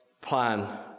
plan